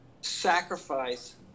sacrifice